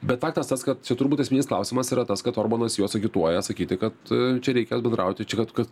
bet faktas tas kad čia turbūt esminis klausimas yra tas kad orbanas juos agituoja sakyti kad čia reikia bendrauti čia kad kad